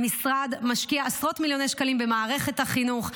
המשרד משקיע עשרות מיליוני שקלים במערכת החינוך,